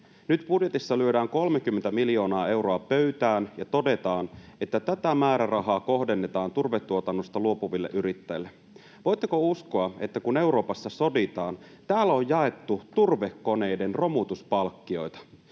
Nyt budjetissa lyödään 30 miljoonaa euroa pöytään ja todetaan, että tätä määrärahaa kohdennetaan turvetuotannosta luopuville yrittäjille. Voitteko uskoa, että kun Euroopassa soditaan, täällä on jaettu turvekoneiden romutuspalkkioita?